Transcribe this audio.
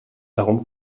darum